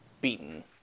beaten